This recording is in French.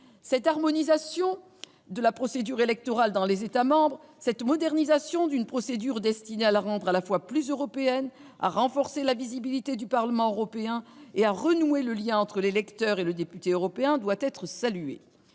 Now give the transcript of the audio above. Cette harmonisation de la procédure électorale dans les États membres, cette modernisation destinée à la fois à rendre cette procédure plus européenne, à renforcer la visibilité du Parlement européen et à renouer le lien entre l'électeur et le député européen, doit être saluée.